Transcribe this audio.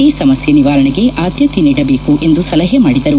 ಈ ಸಮಸ್ಯೆ ನಿವಾರಣೆಗೆ ಆದ್ಯತೆ ನೀಡಬೇಕು ಎಂದು ಸಲಹೆ ಮಾಡಿದರು